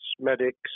medics